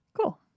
Cool